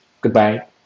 Goodbye